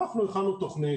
אנחנו הכנו תוכנית,